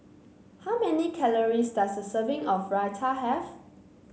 how many calories does a serving of Raita have